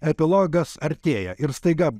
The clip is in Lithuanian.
epilogas artėja ir staiga